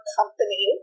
company